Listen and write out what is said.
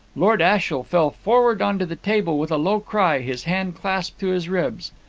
lord ashiel fell forward on to the table with a low cry, his hand clasped to his ribs.